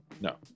No